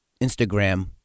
Instagram